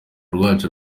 rwacu